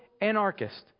anarchist